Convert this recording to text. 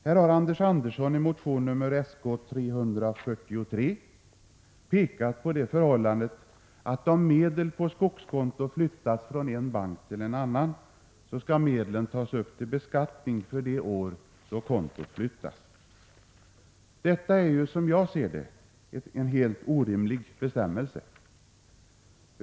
Här har Anders Andersson i motion Sk343 pekat på det förhållandet att om medel på skogskonto flyttas från en bank till en annan skall medlen tas upp till beskattning för det år då pengarna flyttas. Detta är, som jag ser det, en helt orimlig bestämmelse.